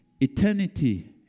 Eternity